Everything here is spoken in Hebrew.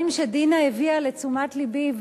שדינה הביאה לתשומת לבי,